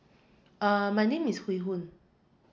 uh my name is hui hun